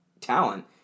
talent